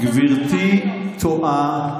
גברתי טועה.